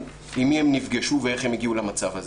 עם מי הן נפגשו ואיך הן הגיעו למצב הזה.